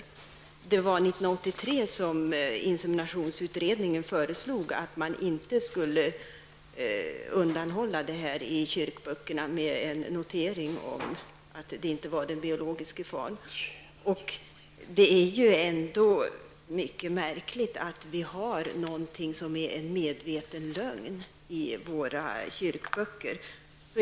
År 1983 föreslog inseminationsutredningen att man inte skulle undanhålla det här i kyrkböckerna med en notering om att den biologiska fadern inte angavs. Det är märkligt att vi har medvetna lögner i våra kyrkböcker.